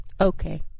okay